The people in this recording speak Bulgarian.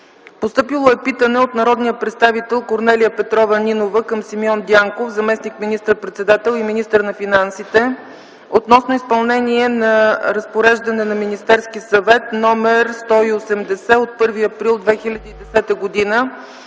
2010 г. Питане от народния представител Корнелия Нинова към Симеон Дянков - заместник министър-председател и министър на финансите, относно изпълнение на Разпореждане на Министерския съвет № 180 от 1 април 2010 г.